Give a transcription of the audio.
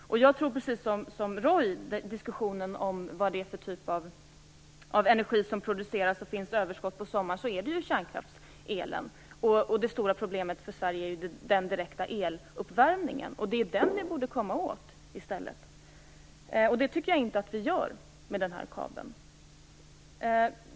När det gäller vilken typ av energi som produceras och ger överskott på sommaren, tror jag, precis som Roy Ottosson, att det är kärnkraftselen. Det stora problemet är den direkta eluppvärmningen. Det är den som vi borde komma åt i stället, och det tycker jag inte att vi gör med den här kabeln.